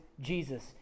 Jesus